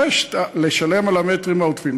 ולשלם על המטרים העודפים.